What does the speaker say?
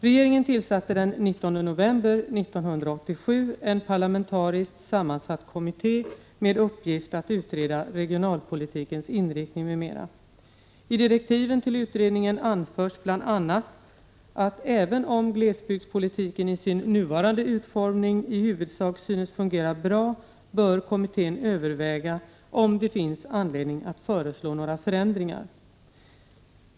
Regeringen tillsatte den 19 november 1987 en parlamentariskt sammansatt kommitté med uppgift att utreda regionalpolitikens inriktning m.m. I direktiven till utredningen anförs bl.a. att även om glesbygdspolitiken i sin nuvarande utformning i huvudsak synes fungera bra bör kommittén överväga om det finns anledning att föreslå några förändringar.